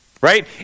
right